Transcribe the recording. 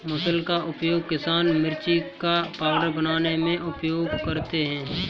मुसल का उपयोग किसान मिर्ची का पाउडर बनाने में उपयोग करते थे